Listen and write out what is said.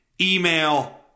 email